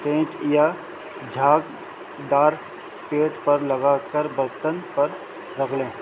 پینچ یا جھگ ڈار پیٹ پر لگا کر برتن پر لگڑیں